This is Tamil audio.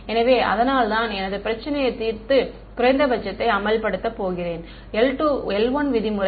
எனவே அதனால்தான் எனது பிரச்சினையை தீர்த்து குறைந்தபட்சத்தை அமல்படுத்தப் போகிறேன் l1 விதிமுறை